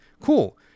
Cool